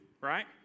right